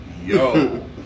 Yo